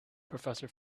professor